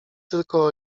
tylko